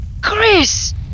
Chris